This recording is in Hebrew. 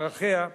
בערכיה,